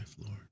Lord